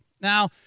Now